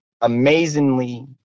amazingly